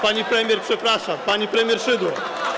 Pani premier, przepraszam, pani premier Szydło.